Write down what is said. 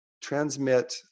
transmit